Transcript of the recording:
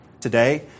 Today